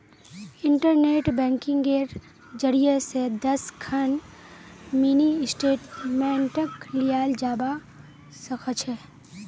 internet बैंकिंगेर जरियई स दस खन मिनी स्टेटमेंटक लियाल जबा स ख छ